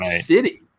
city